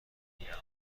دنیا